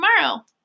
tomorrow